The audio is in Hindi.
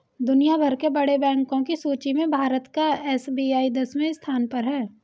दुनिया भर के बड़े बैंको की सूची में भारत का एस.बी.आई दसवें स्थान पर है